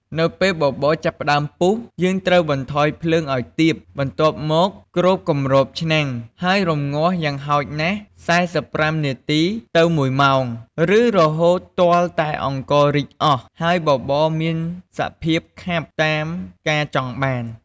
នៅពេលបបរចាប់ផ្ដើមពុះ យើងត្រូវបន្ថយភ្លើងឱ្យទាប បន្ទាប់មកគ្របគម្របឆ្នាំង ហើយរម្ងាស់យ៉ាងហោចណាស់ ៤៥ នាទី ទៅ ១ ម៉ោង ឬរហូតទាល់តែអង្កររីកអស់ ហើយបបរមានសភាពខាប់តាមការចង់បាន។